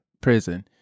prison